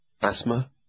Asthma